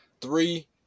Three